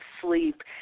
sleep